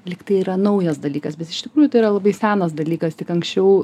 lyg tai yra naujas dalykas bet iš tikrųjų tai yra labai senas dalykas tik anksčiau